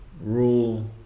rule